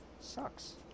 sucks